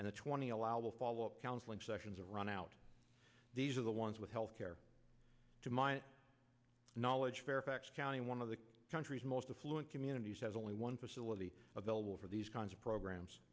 and the twenty allowable follow up counseling sessions are run out these are the ones with health care to my knowledge fairfax county one of the country's most of fluent communities has only one facility available for these kinds of programs